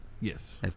Yes